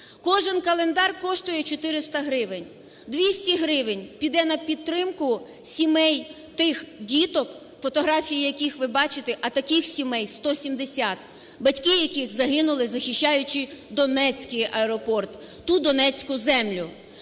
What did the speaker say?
Кожен календар коштує 400 гривень. 200 гривень піде на підтримку сімей тих діток, фотографії яких ви бачите (а таких сімей 170), батьки яких загинули, захищаючи Донецький аеропорт, ту донецьку землю.